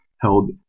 held